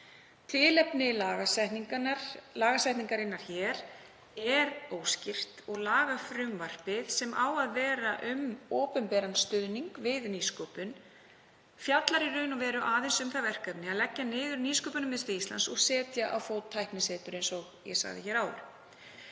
Tilefni lagasetningarinnar hér er óskýrt og lagafrumvarpið, sem á að vera um opinberan stuðning við nýsköpun, fjallar í raun og veru aðeins um það verkefni að leggja niður Nýsköpunarmiðstöð Íslands og setja á fót tæknisetur, eins og ég sagði áðan.